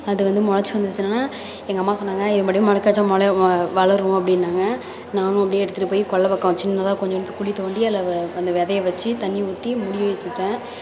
அது வந்து மொளச்சு வந்திச்சுனால எங்கள் அம்மா சொன்னாங்க இதை அப்படியே முளைக்க வச்சால் முளை வளரும் அப்படின்னாங்க நானும் அப்படியே எடுத்துகிட்டு போய் கொல்லை பக்கம் சின்னதாக கொஞ்சோண்டு குழி தோண்டி அதில் அந்த விதைய வச்சு தண்ணி ஊற்றி மூடி வச்சுட்டேன்